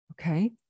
Okay